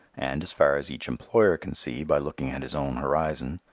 and, as far as each employer can see by looking at his own horizon,